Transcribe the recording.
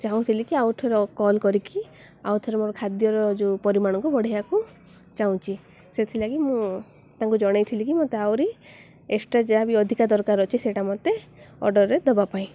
ଚାହୁଁଥିଲି କିି ଆଉଥରେ କଲ୍ କରିକି ଆଉ ଥରେ ମୋର ଖାଦ୍ୟର ଯେଉଁ ପରିମାଣକୁ ବଢ଼େଇବାକୁ ଚାହୁଁଛି ସେଥିଲାଗି ମୁଁ ତାଙ୍କୁ ଜଣେଇଥିଲି କିି ମୋତେ ଆହୁରି ଏକ୍ସଟ୍ରା ଯାହା ବି ଅଧିକା ଦରକାର ଅଛି ସେଇଟା ମୋତେ ଅର୍ଡ଼ର୍ରେ ଦେବା ପାଇଁ